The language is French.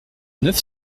neuf